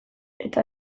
eta